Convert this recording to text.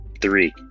three